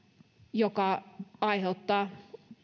joka aiheuttaa